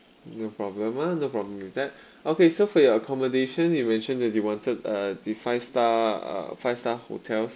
no problem ah no problem with that okay so for your accommodation you mentioned that you wanted uh the five star uh five star hotels